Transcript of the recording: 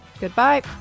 Goodbye